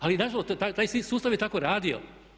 Ali na žalost taj sustav je tako radio.